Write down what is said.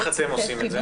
איך אתם עושים את זה?